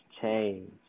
change